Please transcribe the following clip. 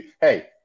hey